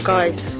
Guys